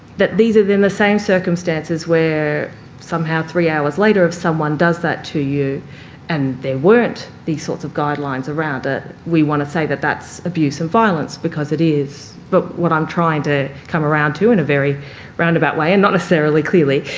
that these are then the same circumstances where somehow three hours later if someone does that to you and there weren't these sorts of guidelines around, that we want to say that's abuse and violence because it is. but what i'm trying to come around to in a very roundabout way, and not necessarily clearly,